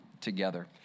together